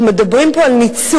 אנחנו מדברים פה על ניצול,